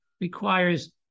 requires